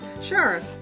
Sure